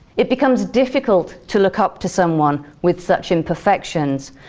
it becomes difficult to look up to someone with such imperfections,